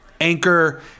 Anchor